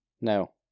No